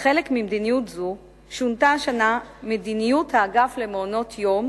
כחלק ממדיניות זו שונתה השנה מדיניות האגף למעונות-יום,